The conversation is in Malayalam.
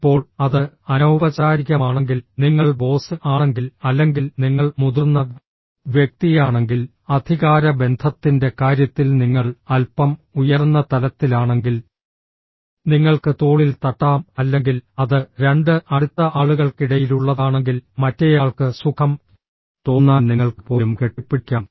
ഇപ്പോൾ അത് അനൌപചാരികമാണെങ്കിൽ നിങ്ങൾ ബോസ് ആണെങ്കിൽ അല്ലെങ്കിൽ നിങ്ങൾ മുതിർന്ന വ്യക്തിയാണെങ്കിൽ അധികാര ബന്ധത്തിന്റെ കാര്യത്തിൽ നിങ്ങൾ അൽപ്പം ഉയർന്ന തലത്തിലാണെങ്കിൽ നിങ്ങൾക്ക് തോളിൽ തട്ടാം അല്ലെങ്കിൽ അത് രണ്ട് അടുത്ത ആളുകൾക്കിടയിലുള്ളതാണെങ്കിൽ മറ്റേയാൾക്ക് സുഖം തോന്നാൻ നിങ്ങൾക്ക് പോലും കെട്ടിപ്പിടിക്കാം